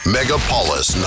Megapolis